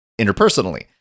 interpersonally